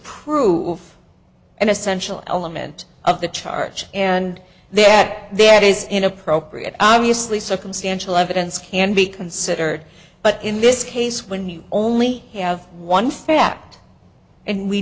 prove an essential element of the charge and the act that is inappropriate obviously circumstantial evidence can be considered but in this case when you only have one fact and we